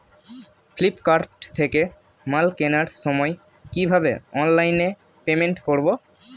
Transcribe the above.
Flipkart থেকে মাল কেনার সময় কিভাবে অনলাইনে পেমেন্ট করব?